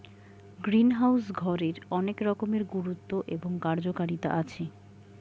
greenhouse ঘরের অনেক রকমের গুরুত্ব এবং কার্যকারিতা আছে